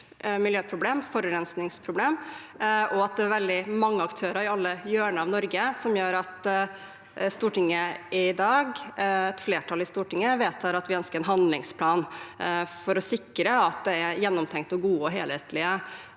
miljøproblem – et forurensingsproblem – og at det er veldig mange aktører, i alle hjørner av Norge, som gjør at et flertall i Stortinget i dag vedtar at vi ønsker en handlingsplan, for å sikre at det er gjennomtenkte, gode og helhetlige